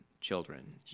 children